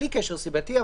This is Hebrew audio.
בלי קשר סיבתי,